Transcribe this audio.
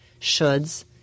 shoulds